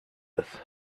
earth